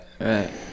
right